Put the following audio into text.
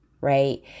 right